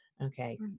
okay